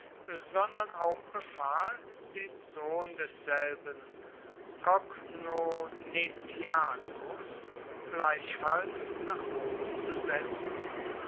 sondern auch befahl den sohn desselben congonnetiacus gleichfalls nach rom zu senden